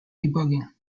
debugging